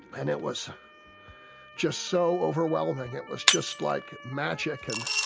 and it was just so overwhelming, it was just like magic. and